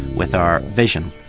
with our vision.